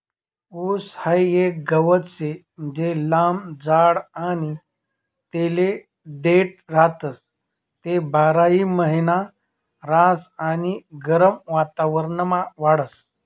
ऊस हाई एक गवत शे जे लंब जाड आणि तेले देठ राहतस, ते बारामहिना रहास आणि गरम वातावरणमा वाढस